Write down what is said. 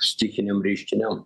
stichiniam reiškiniam